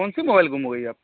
कौन सी मोबाईल गुम हो गई आपकी